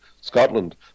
Scotland